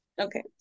Okay